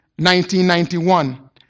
1991